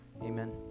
amen